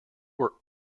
were